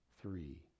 three